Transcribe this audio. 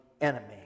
enemy